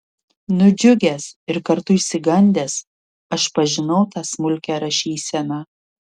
nudžiugęs ir kartu išsigandęs aš pažinau tą smulkią rašyseną